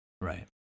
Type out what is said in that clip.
Right